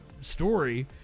story